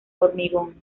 hormigón